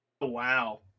Wow